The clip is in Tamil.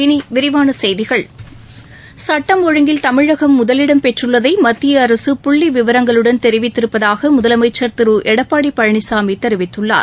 இனி விரிவான செய்திகள் சட்டம் ஒழுங்கில் தமிழகம் முதலிடம் பெற்றுள்ளதை மத்திய அரசு புள்ளி விவரங்களுடன் தெரிவித்திருப்பதாக முதலமைச்சர் திரு எடப்பாடி பழனிசாமி தெரிவித்துள்ளார்